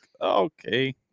okay